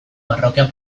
parrokia